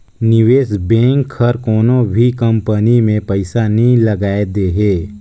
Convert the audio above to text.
निवेस बेंक हर कोनो भी कंपनी में पइसा नी लगाए देहे